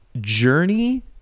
journey